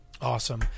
Awesome